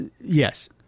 yes